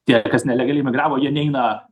tie kas nelegaliai migravo jie neina